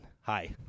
Hi